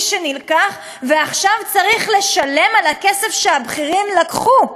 שנלקח צריך עכשיו לשלם על הכסף שהבכירים לקחו.